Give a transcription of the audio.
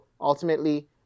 ultimately